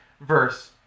verse